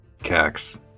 Cax